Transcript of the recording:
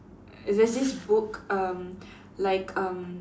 there's this book um like um